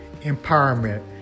Empowerment